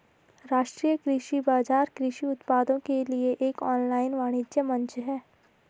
राष्ट्रीय कृषि बाजार कृषि उत्पादों के लिए एक ऑनलाइन वाणिज्य मंच है